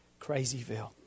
crazyville